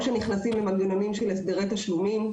או נכנסים למנגנונים של הסדרי תשלומים.